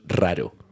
raro